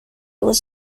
was